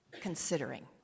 considering